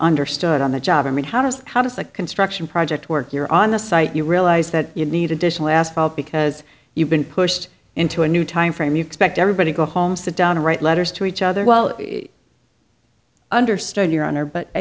understood on the job i mean how does how does the construction project work you're on the site you realize that you need additional asphalt because you've been pushed into a new time frame you expect everybody go home sit down and write letters to each other well understand your honor but i